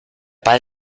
ball